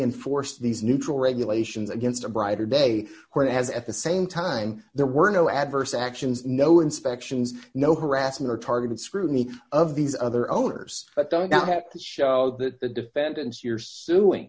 enforce these neutral regulations against a brighter day when it has at the same time there were no adverse actions no inspections no harassment or targeted scrutiny of these other owners but don't have to show that the defendants you're suing